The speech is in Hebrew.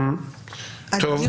אדוני,